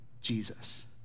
Jesus